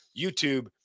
YouTube